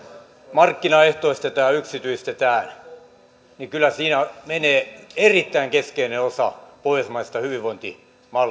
markkinaehtoistetaan ja yksityistetään niin kyllä siinä menee erittäin keskeinen osa pohjoismaisesta hyvinvointimallista ja sen